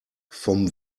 vom